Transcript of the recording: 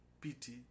pity